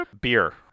Beer